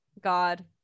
God